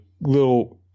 little